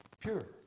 Pure